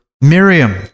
Miriam